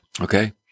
Okay